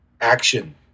action